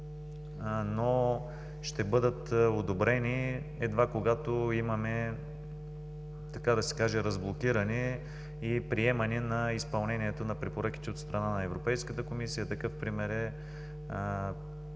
но ще бъдат одобрени, едва когато имаме, така да се каже, разблокиране и приемане на изпълнението на препоръките от страна на Европейската комисия. Такъв пример е